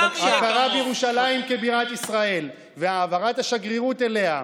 הכרה בירושלים כבירת ישראל והעברת השגרירות אליה,